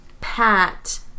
Pat